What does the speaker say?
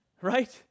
right